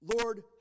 Lord